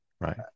right